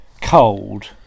cold